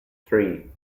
three